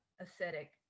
aesthetic